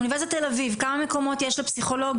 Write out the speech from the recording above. באוניברסיטת תל אביב כמה מקומות יש לפסיכולוגיה?